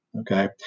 Okay